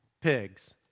pigs